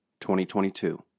2022